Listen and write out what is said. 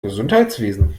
gesundheitswesen